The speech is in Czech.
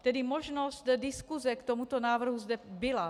Tedy možnost diskuse k tomuto návrhu zde byla.